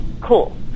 cool